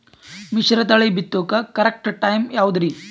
ಮಿಶ್ರತಳಿ ಬಿತ್ತಕು correct time ಯಾವುದರಿ?